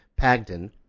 Pagden